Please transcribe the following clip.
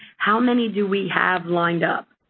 how many do we have lined up?